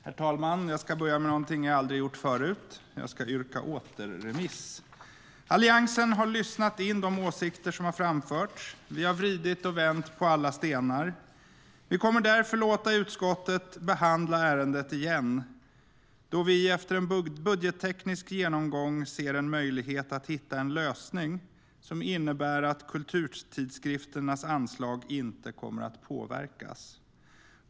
Herr talman! Jag ska börja med något som jag aldrig har gjort förut. Jag ska yrka på återremiss. Alliansen har lyssnat in de åsikter som har framförts. Vi har vridit och vänt på alla stenar. Vi kommer därför att låta utskottet behandla ärendet igen, då vi efter en budgetteknisk genomgång ser en möjlighet att hitta en lösning som innebär att anslaget till kulturtidskrifterna inte kommer att påverkas.